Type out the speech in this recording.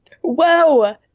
Whoa